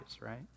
right